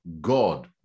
God